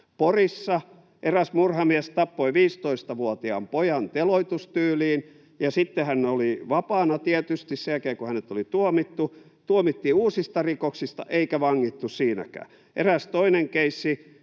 Porissa eräs murhamies tappoi 15-vuotiaan pojan teloitustyyliin, ja sitten hän oli vapaana tietysti sen jälkeen, kun hänet olisi tuomittu, tuomittiin uusista rikoksista, eikä vangittu siinäkään. Eräässä toisessa keississä